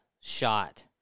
shot